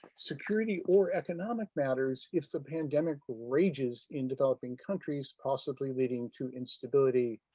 security or economic matters if the pandemic rages in developing countries possibly leading to instability,